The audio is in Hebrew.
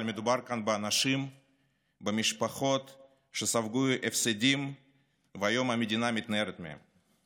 אבל מדובר כאן באנשים ובמשפחות שספגו הפסדים והיום המדינה מתנערת מהם.